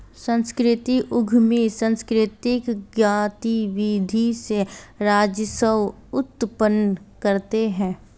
सांस्कृतिक उद्यमी सांकृतिक गतिविधि से राजस्व उत्पन्न करते हैं